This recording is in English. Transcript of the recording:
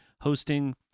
hosting